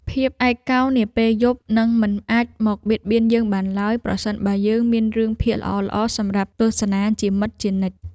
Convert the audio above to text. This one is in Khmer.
ភាពឯកោនាពេលយប់នឹងមិនអាចមកបៀតបៀនយើងបានឡើយប្រសិនបើយើងមានរឿងភាគល្អៗសម្រាប់ទស្សនាជាមិត្តជានិច្ច។